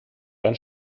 ein